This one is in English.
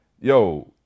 yo